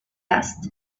asked